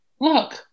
look